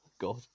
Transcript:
God